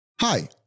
Hi